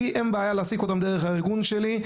לי אין בעיה להעסיק אותי דרך הארגון שלי,